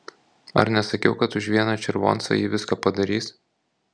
ar nesakiau kad už vieną červoncą ji viską padarys